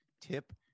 tip